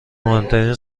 مهمترین